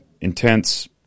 intense